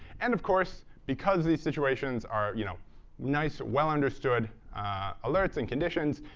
and, of course, because these situations are you know nice, well-understood alerts and conditions,